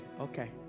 Okay